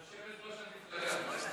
יושבת-ראש המפלגה.